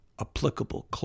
applicable